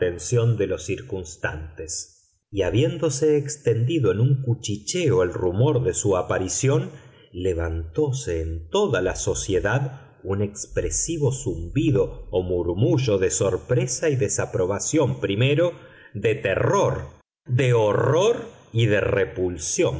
de los circunstantes y habiéndose extendido en un cuchicheo el rumor de su aparición levantóse en toda la sociedad un expresivo zumbido o murmullo de sorpresa y desaprobación primero de terror de horror y de repulsión